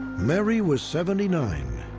mary was seventy nine.